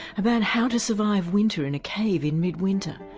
about how to survive winter in a cave in mid winter,